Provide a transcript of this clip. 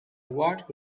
what